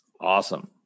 awesome